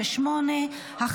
38) התשפ"ד 2024,